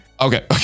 Okay